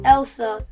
Elsa